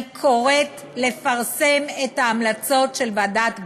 אני קוראת לפרסם את ההמלצות של ועדת גרוס,